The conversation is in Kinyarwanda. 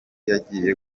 yagiye